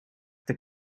that